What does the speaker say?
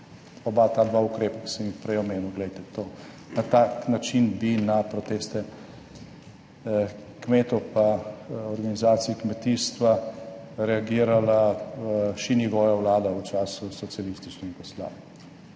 Oba ta dva ukrepa, ki sem jih prej omenil, glejte to, na tak način bi na proteste kmetov pa organizacij kmetijstva reagirala Šinigojeva vlada v času socialistične Jugoslavije.